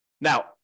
Now